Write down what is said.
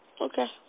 Okay